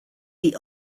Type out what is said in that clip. the